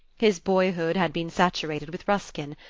his boyhood had been saturated with ruskin,